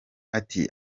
ati